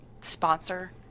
sponsor